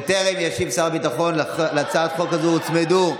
בטרם ישיב שר הביטחון על הצעת החוק הזאת, הוצמדו,